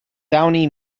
downy